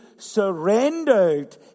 Surrendered